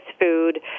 food